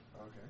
Okay